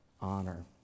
honor